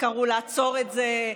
וקראו לעצור את זה,